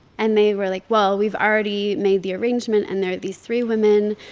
and they were like, well, we've already made the arrangement. and there are these three women.